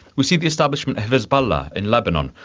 we see the establishment of hezbollah in lebanon,